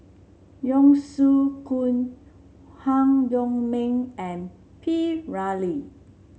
Yong Shu Hoong Han Yong May and P Ramlee